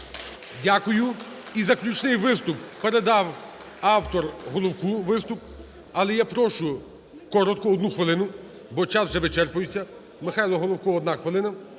Дякую. І заключний виступ передав автор Головку, виступ. Але я прошу коротко, одну хвилину, бо час вже вичерпується. Михайло Головко, одна хвилина.